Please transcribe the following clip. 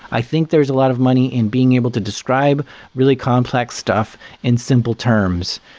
i think there's a lot of money in being able to describe really complex stuff in simple terms,